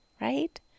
right